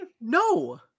No